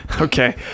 Okay